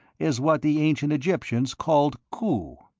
is what the ancient egyptians called khu.